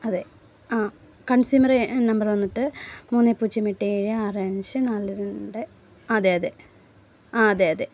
അതെ ആ കൺസ്യൂമറെ നമ്പറ് വന്നിട്ട് മൂന്ന് പൂജ്യം എട്ട് ഏഴ് ആറ് അഞ്ച് നാല് രണ്ട് അതെ അതെ അതെ അതെ